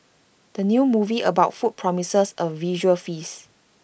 the new movie about food promises A visual feast